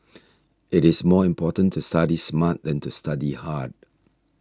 it is more important to study smart than to study hard